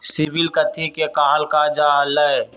CIBIL कथि के काहल जा लई?